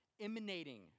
emanating